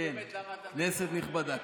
כנסת נכבדה.